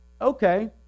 Okay